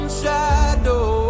shadow